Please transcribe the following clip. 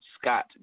Scott